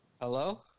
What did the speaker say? Hello